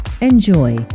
Enjoy